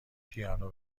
پیانو